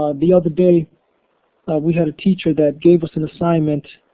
ah the other day we had a teacher that gave us an assignment